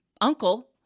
uncle